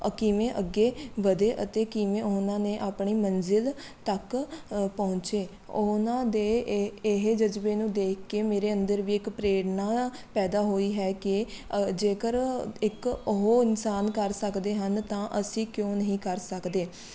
ਕਿਵੇਂ ਅੱਗੇ ਵਧੇ ਅਤੇ ਕਿਵੇਂ ਉਹਨਾਂ ਨੇ ਆਪਣੀ ਮੰਜ਼ਿਲ ਤੱਕ ਪਹੁੰਚੇ ਉਹਨਾਂ ਦੇ ਇ ਇਹ ਜਜ਼ਬੇ ਨੂੰ ਦੇਖ ਕੇ ਮੇਰੇ ਅੰਦਰ ਵੀ ਇੱਕ ਪ੍ਰੇਰਨਾ ਪੈਦਾ ਹੋਈ ਹੈ ਕਿ ਜੇਕਰ ਇੱਕ ਉਹ ਇਨਸਾਨ ਕਰ ਸਕਦੇ ਹਨ ਤਾਂ ਅਸੀਂ ਕਿਉਂ ਨਹੀਂ ਕਰ ਸਕਦੇ